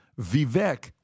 Vivek